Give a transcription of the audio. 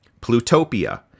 Plutopia